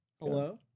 Hello